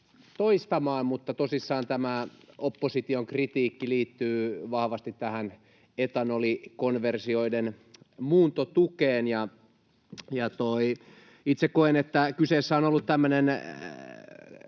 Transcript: toistamaan, mutta tosissaan tämä opposition kritiikki liittyy vahvasti tähän etanolikonversioiden muuntotukeen, ja itse koen, että kyseessä on ollut tämmöinen